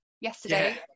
yesterday